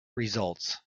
results